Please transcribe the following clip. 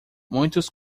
muitos